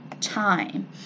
time